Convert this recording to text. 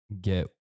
get